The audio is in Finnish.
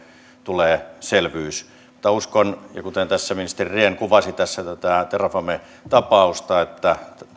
tulee selvyys mutta uskon kuten ministeri rehn kuvasi tätä terrafame tapausta että